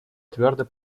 твердо